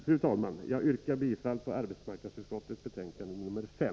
Fru talman! Jag yrkar bifall till arbetsmarknadsutskottets hemställan i betänkande 5.